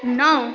नौ